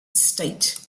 state